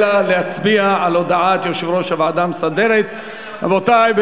אלא להצביע על הודעת יושב-ראש הוועדה המסדרת בדבר